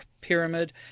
Pyramid